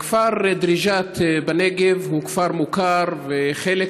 הכפר דריג'את בנגב הוא כפר מוכר וחלק